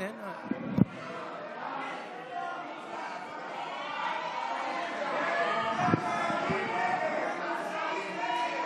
ההצעה להעביר לוועדה את הצעת חוק סדר הדין הפלילי (סמכויות אכיפה,